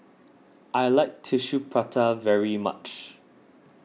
I like Tissue Prata very much